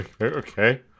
okay